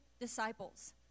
disciples